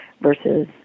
versus